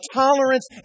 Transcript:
tolerance